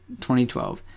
2012